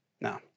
No